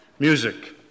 Music